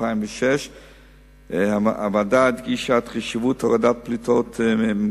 2006. הוועדה הדגישה את חשיבות העבודה על הפליטות